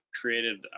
created